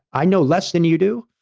i know less than you do.